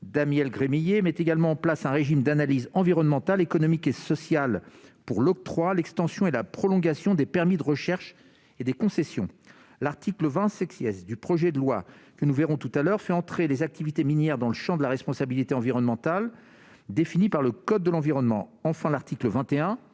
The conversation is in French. Daniel Gremillet, met en place un régime d'analyse environnementale, économique et sociale pour l'octroi, l'extension et la prolongation des permis de recherche et des concessions. L'article 20 , que nous examinerons ultérieurement, fait entrer les activités minières dans le champ de la responsabilité environnementale, défini par le code de l'environnement. Enfin, l'article 21,